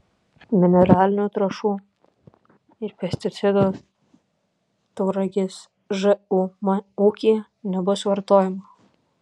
mineralinių trąšų ir pesticidų tauragės žūm ūkyje nebus vartojama